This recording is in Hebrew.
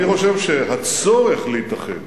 אני חושב שהצורך להתאחד